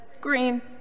green